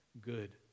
good